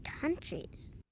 countries